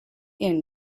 inn